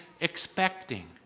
expecting